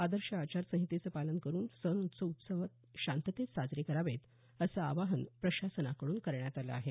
आदर्श आचारसंहितेचं पालन करून सण उत्सव शांततेत साजरे करावेत असं आवाहन प्रशासनाकडून करण्यात आलं आहे